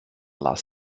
last